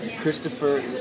Christopher